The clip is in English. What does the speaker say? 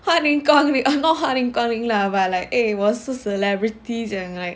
欢迎光临 not 欢迎光临 lah but like 我是 celebrity 讲 like